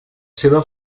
seva